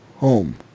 Home